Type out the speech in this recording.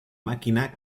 máquina